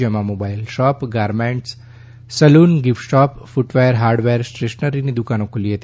જેમાં mobile shop garment saloon gift shop footwear hardware stationery ની દુકાનો ખુલી હતી